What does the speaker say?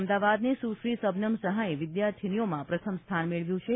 અમદાવાદની સુશ્રી સબનમ સહાયે વિદ્યાર્થીનીઓમાં પ્રથમ સ્થાન મેળવ્યું છે